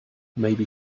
maybe